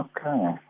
Okay